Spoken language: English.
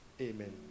Amen